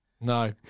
No